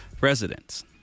residents